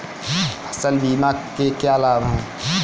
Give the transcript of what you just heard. फसल बीमा के क्या लाभ हैं?